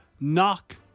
knock